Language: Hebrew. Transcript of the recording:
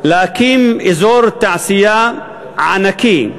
להקים אזור תעשייה ענקי,